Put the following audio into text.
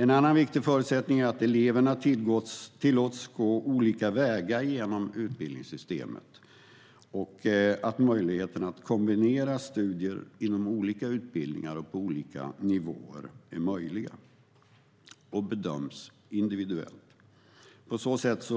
En annan viktig förutsättning är att eleverna tillåts gå olika vägar genom utbildningssystemet, att de ges möjlighet att kombinera studier inom olika utbildningar och på olika nivåer och att de bedöms individuellt. På så sätt